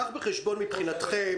קח בחשבון מבחינתכם,